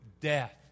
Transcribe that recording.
death